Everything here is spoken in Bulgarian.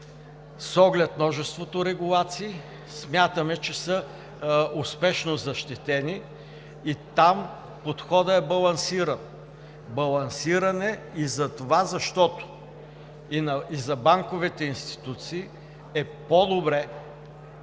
с оглед множеството регулации смятаме, че са успешно защитени и там подходът е балансиран. Балансиран е и затова, защото и за банковите институции е по-добре